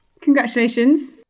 Congratulations